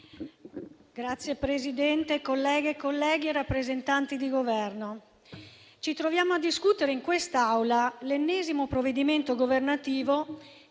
Signor Presidente, onorevoli colleghi e colleghe, rappresentanti del Governo, ci troviamo a discutere in quest'Aula l'ennesimo provvedimento governativo